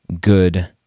good